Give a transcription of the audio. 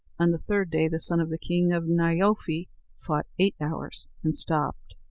on the third day the son of the king of nyerfoi fought eight hours, and stopped.